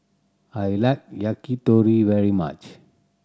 I like Yakitori very much